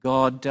God